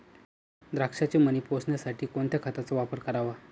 द्राक्षाचे मणी पोसण्यासाठी कोणत्या खताचा वापर करावा?